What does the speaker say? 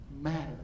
matter